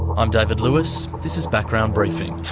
i'm david lewis. this is background briefing.